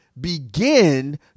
begin